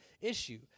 issue